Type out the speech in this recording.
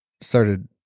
started